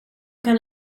kan